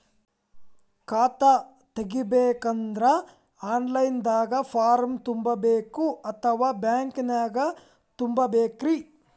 ಖಾತಾ ತೆಗಿಬೇಕಂದ್ರ online ದಾಗ ಫಾರಂ ತುಂಬೇಕೊ ಅಥವಾ ಬ್ಯಾಂಕನ್ಯಾಗ ತುಂಬ ಬೇಕ್ರಿ?